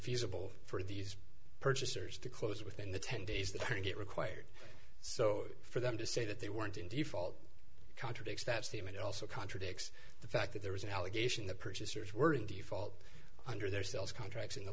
feasible for these purchasers to close within the ten days that i think it required so for them to say that they weren't in default contradicts that statement also contradicts the fact that there was an allegation that purchasers were in the fault under their sales contracts in the